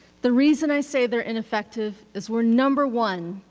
the reason i say they're ineffective is we're number one,